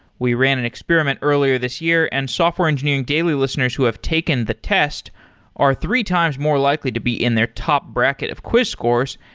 we ran an experiment earlier this year and software engineering daily listeners who have taken the test are three times more likely to be in their top bracket of quiz scores.